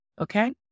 okay